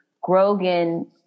Grogan